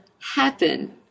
happen